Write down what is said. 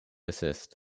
assist